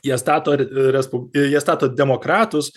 jie stato respub jie stato demokratus